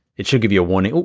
it should give you a warning.